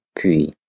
puis